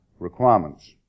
requirements